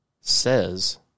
says